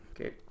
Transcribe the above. Okay